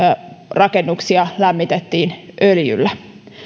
rakennuksia lämmitettiin öljyllä